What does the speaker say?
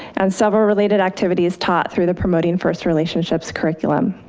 and several related activities taught through the promoting first relationships curriculum.